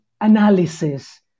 analysis